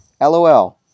LOL